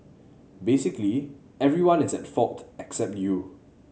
basically everyone is at fault except you